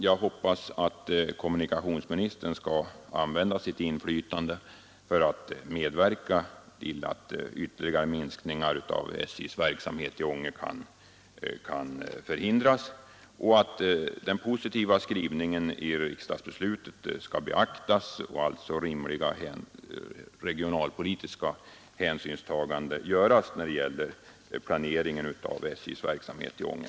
Jag hoppas att kommunikationsministern skall använda sitt inflytande för att medverka till att ytterligare minskningar av SJ:s verksamhet i Ånge kan förhindras och att den positiva skrivningen i riksdagsbeslutet skall beaktas, så att rimliga regionalpolitiska hänsyn tas i planeringen av SJ:s verksamhet i Ånge.